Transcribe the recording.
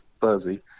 Fuzzy